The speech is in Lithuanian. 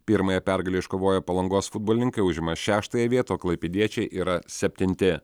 pirmąją pergalę iškovoję palangos futbolininkai užima šeštąją vietą o klaipėdiečiai yra septinti